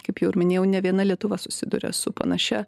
kaip jau ir minėjau ne viena lietuva susiduria su panašia